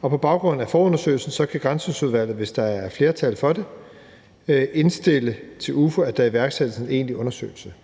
På baggrund af forundersøgelsen kan Granskningsudvalget, hvis der er flertal for det, indstille til Udvalget for Forretningsordenen, at der iværksættes en egentlig undersøgelse.